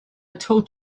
told